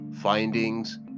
findings